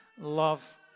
love